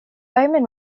bowman